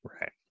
Right